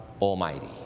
Almighty